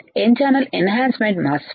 n channel enhancement mass FET